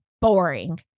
Boring